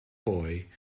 boy